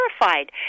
terrified